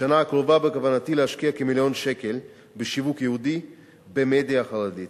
בשנה הקרובה בכוונתי להשקיע כמיליון שקל בשיווק ייעודי במדיה החרדית.